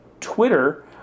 Twitter